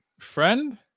friend